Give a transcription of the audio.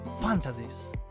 fantasies